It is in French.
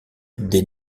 des